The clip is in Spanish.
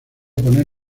poner